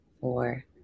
four